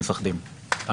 הכי מפחדים ממנו,